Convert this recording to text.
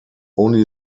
only